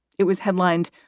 it was headlined,